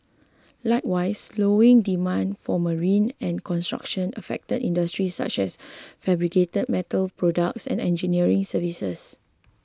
likewise slowing demand for marine and construction affected industries such as fabricated metal products and engineering services